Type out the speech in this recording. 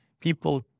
people